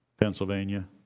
Pennsylvania